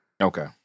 Okay